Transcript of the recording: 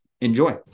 Enjoy